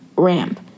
ramp